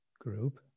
group